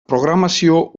programazio